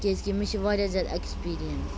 کیازکہِ مےٚ چھُ واریاہ زیاد ایٚکِسپیٖریَنٕس